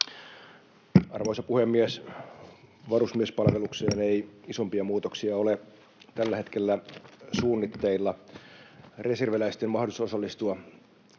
Arvoisa puhemies! Varusmiespalvelukseen ei isompia muutoksia ole tällä hetkellä suunnitteilla. Reserviläisten mahdollisuus osallistua erilaiseen